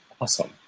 awesome